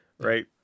Right